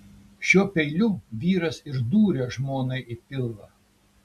šiuo peiliu vyras ir dūrė žmonai į pilvą